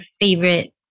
favorite